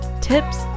tips